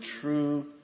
true